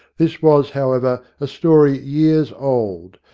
this was, however, a story years old,